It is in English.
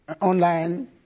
online